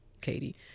Katie